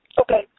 Okay